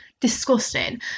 disgusting